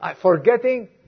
forgetting